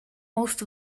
most